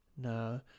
No